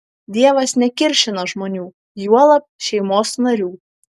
dievas nekiršina žmonių juolab šeimos narių